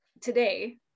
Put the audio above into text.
today